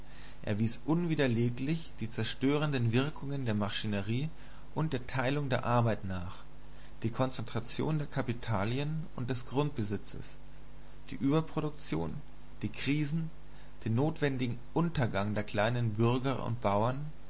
er wies unwiderleglich die zerstörenden wirkungen der maschinerie und der teilung der arbeit nach die konzentration der kapitalien und des grundbesitzes die überproduktion die krisen den notwendigen untergang der kleinen bürger und bauern